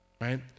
Right